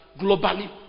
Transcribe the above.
globally